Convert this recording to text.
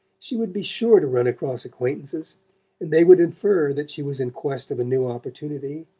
she would be sure to run across acquaintances, and they would infer that she was in quest of a new opportunity,